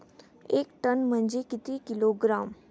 एक टन म्हनजे किती किलोग्रॅम?